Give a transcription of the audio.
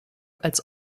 als